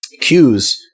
cues